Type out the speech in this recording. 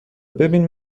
ببین